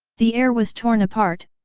the air was torn apart,